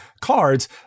cards